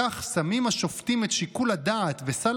בכך שמים השופטים את שיקול הדעת וסל